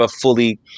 fully